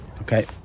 Okay